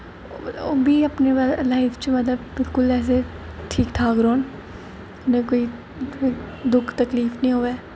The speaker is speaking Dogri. ओह् बी अपनी लाइफ च मतलब बिल्कुल ऐसे ठीक ठाक रौह्न दुक्ख तकलीफ निं होऐ ते